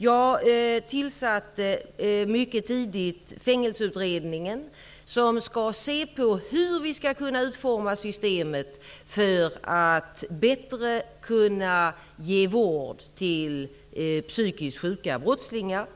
Jag tillsatte mycket tidigt Fängelseutredningen, som skall se på hur vi skall utforma systemet för att bättre kunna ge psykiskt sjuka brottslingar vård.